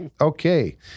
Okay